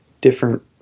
different